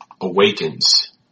awakens